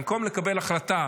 במקום לקבל החלטה